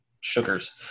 sugars